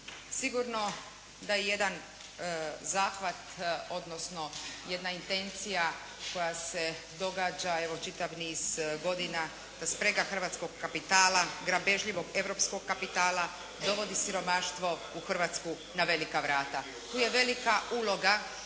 Sigurno da je jedan zahvat odnosno jedna intencija koja se događa evo, čitav niz godina, sprega hrvatskog kapitala, grabežljivog europskog kapitala dovodi siromaštvo u Hrvatsku na velika vrata. Tu je velika uloga